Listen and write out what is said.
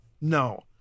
No